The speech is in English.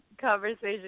conversation